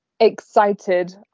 Excited